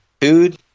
food